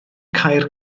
caer